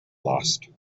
lost